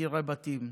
ומשכירי הבתים,